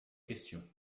question